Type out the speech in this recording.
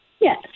Yes